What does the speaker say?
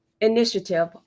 Initiative